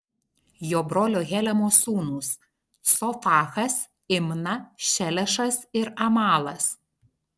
jo brolio helemo sūnūs cofachas imna šelešas ir amalas